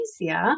easier